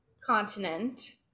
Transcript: continent